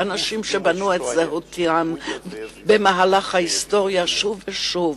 אנשים שבנו את זהותם במהלך ההיסטוריה שוב ושוב,